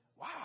Wow